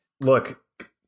look